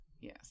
yes